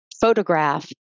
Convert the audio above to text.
photograph